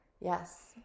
Yes